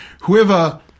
whoever